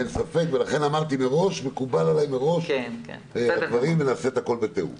אין ספק ולכן אמרתי מראש שהדברים מקובלים עלי ונעשה הכול בתיאום.